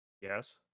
Yes